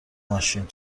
ماشین